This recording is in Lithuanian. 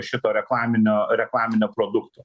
šito reklaminio reklaminio produkto